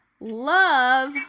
love